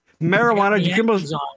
Marijuana